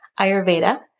Ayurveda